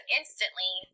instantly